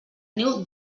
niu